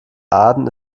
aden